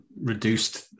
reduced